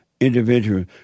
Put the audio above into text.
individual